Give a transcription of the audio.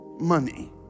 Money